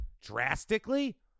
drastically